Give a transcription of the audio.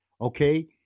okay